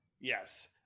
yes